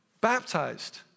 Baptized